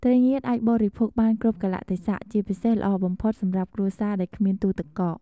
ត្រីងៀតអាចបរិភោគបានគ្រប់កាលៈទេសៈ ជាពិសេសល្អបំផុតសម្រាប់គ្រួសារដែលគ្មានទូទឹកកក។